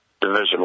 Division